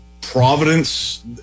Providence